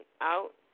out